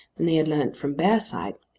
than they had learned from bearside.